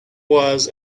was